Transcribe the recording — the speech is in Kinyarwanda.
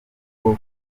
bwo